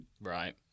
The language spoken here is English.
Right